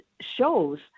shows